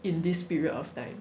in this period of time